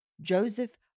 Joseph